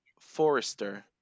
Forrester